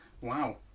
wow